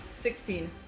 Sixteen